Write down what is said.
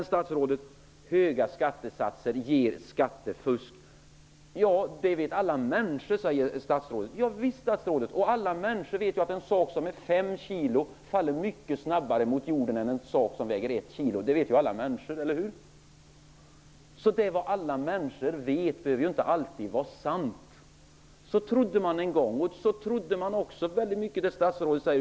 Statsrådet säger att alla människor vet att höga skatter ger skattefusk. Ja visst, och alla människor vet ju att en sak som väger fem kilo faller mycket snabbare mot jorden än en sak som väger ett kilo. Det vet ju alla människor, eller hur? Det som alla människor vet behöver ju inte alltid vara sant. Så trodde man en gång, och man trodde också ute i världen på det som statsrådet säger.